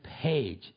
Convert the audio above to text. page